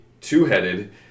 two-headed